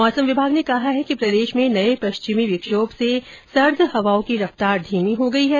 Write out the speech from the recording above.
मौसम विभाग ने कहा है कि प्रदेश में नए पश्चिमी विक्षोभ से सर्द हवाओं की रफ्तार धीमी हो गई है